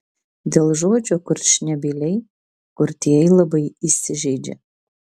dėl žodžio kurčnebyliai kurtieji labai įsižeidžia